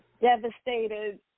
devastated